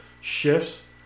shifts